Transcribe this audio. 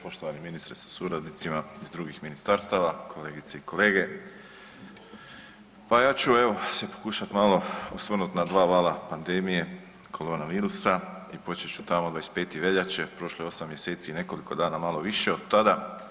Poštovani ministre sa suradnicima iz drugih ministarstava, kolegice i kolege, pa ja ću evo se pokušat malo osvrnut na dva vala pandemije korona virusa i počet ću tamo 25. veljače, prošlo je 8 mjeseci i nekoliko dana malo više od tada.